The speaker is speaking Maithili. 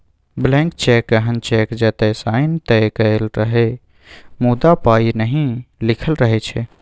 ब्लैंक चैक एहन चैक जतय साइन तए कएल रहय मुदा पाइ नहि लिखल रहै छै